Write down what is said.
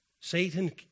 Satan